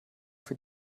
für